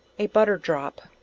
a butter drop.